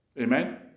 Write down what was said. Amen